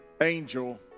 angel